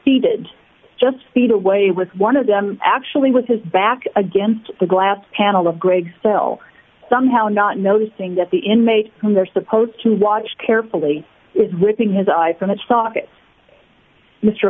seated just feet away with one of them actually with his back against the glass panel of greg still somehow not noticing that the inmate who they're supposed to watch carefully is whipping his eye from its socket mr